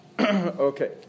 Okay